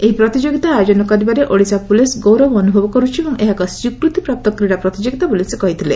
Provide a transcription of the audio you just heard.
ଏହି ପ୍ରତିଯୋଗିତା ଆୟୋଜନ କରିବାରେ ଓଡ଼ିଶା ପୁଲିସ୍ ଗୌରବ ଅନୁଭବ କରୁଛି ଓ ଏହା ଏକ ସ୍ୱୀକୃତିପ୍ରାପ୍ତ କ୍ରୀଡ଼ା ପ୍ରତିଯୋଗିତା ବୋଲି ସେ କହିଥିଲେ